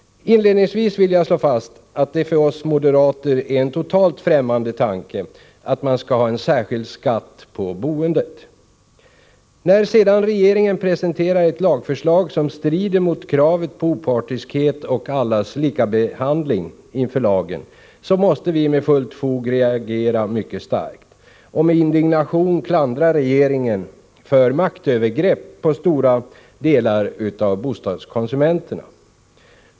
Inledningsvis vill jag slå fast att det för oss moderater är en totalt främmande tanke att man skall ha en särskild skatt på boendet. När sedan regeringen presenterar ett lagförslag som strider mot kravet på opartiskhet och allas rätt till lika behandling inför lagen måste vi med fullt fog reagera mycket starkt och med indignation klandra regeringen för maktövergrepp på en stor del av bostadskonsumenterna.